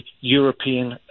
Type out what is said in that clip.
European